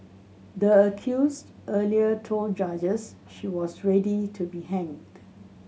the accused earlier told judges she was ready to be hanged